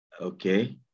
Okay